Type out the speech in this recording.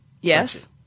Yes